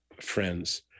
friends